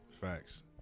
Facts